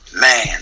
man